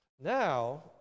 Now